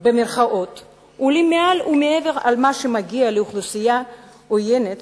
עולות מעל ומעבר למה שמגיע לאוכלוסייה עוינת